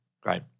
Great